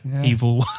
evil